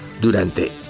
durante